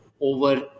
over